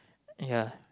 ya